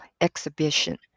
Exhibition